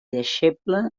deixeble